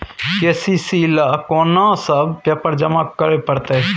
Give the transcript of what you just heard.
KCC ल केना सब पेपर जमा करै परतै?